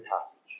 passage